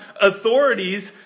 authorities